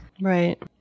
Right